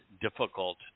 difficult